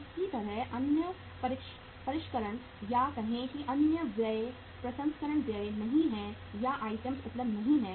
इसी तरह अन्य परिष्करण या कहें कि अन्य व्यय प्रसंस्करण व्यय नहीं हैं या आइटम उपलब्ध नहीं हैं